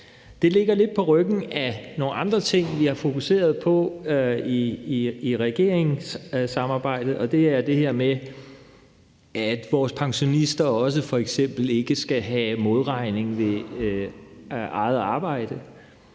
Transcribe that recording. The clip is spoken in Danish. Det står lidt på skuldrene af nogle andre ting, vi har fokuseret på i regeringssamarbejdet, og det er det her med, at vores pensionister f.eks. heller ikke skal have modregning ved eget arbejde,